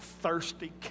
thirsty